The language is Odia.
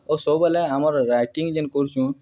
ଆଉ ସବୁବେଲେ ଆମେ ଯେନ୍ ରାଇଟିଂ ଯେନ୍ କରୁଚୁଁ